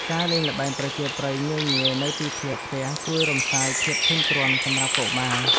ការលេងល្បែងប្រជាប្រិយងាយៗនៅទីធ្លាផ្ទះ ជួយរំសាយភាពធុញទ្រាន់សម្រាប់កុមារ។